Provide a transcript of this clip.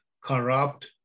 corrupt